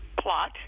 plot